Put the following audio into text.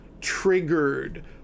triggered